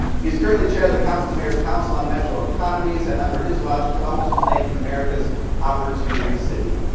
he's currently chair of the conference of mayors council on metro economies, and under his watch, columbus was named america's opportunity city.